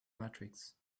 matrix